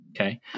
okay